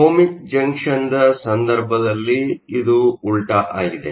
ohmic ಜಂಕ್ಷನ್ನ ಸಂದರ್ಭದಲ್ಲಿ ಇದು ಉಲ್ಟಾ ಆಗಿದೆ